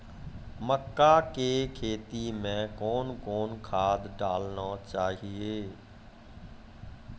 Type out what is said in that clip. मक्का के खेती मे कौन कौन खाद डालने चाहिए?